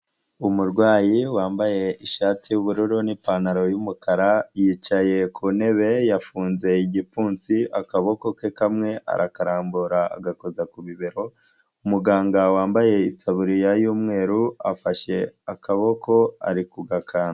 Umurwayi wambaye ishati y'ubururu n'ipantaro y'umukara, yicaye ku ntebe yafunze igipfunsi, akaboko ke kamwe arakarambura agakoza ku bibero, umuganga wambaye itaburiya y'umweru afashe akaboko ari kugakanda.